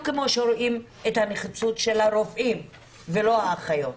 כמו שרואים את הנחיצות של הרופאים ולא האחיות.